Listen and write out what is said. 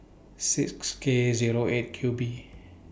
six K Zero eight Q B